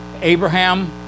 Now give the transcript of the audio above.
Abraham